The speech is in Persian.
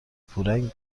پورنگ